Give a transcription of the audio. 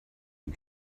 and